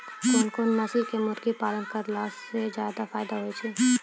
कोन कोन नस्ल के मुर्गी पालन करला से ज्यादा फायदा होय छै?